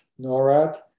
NORAD